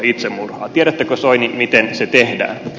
tiedättekö soini miten se tehdään